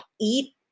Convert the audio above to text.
eat